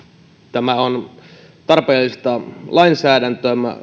tämä on tarpeellista lainsäädäntöä